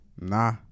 Nah